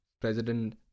president